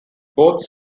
both